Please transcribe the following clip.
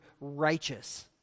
righteous